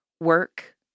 work